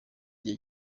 gihe